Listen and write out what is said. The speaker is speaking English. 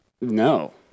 No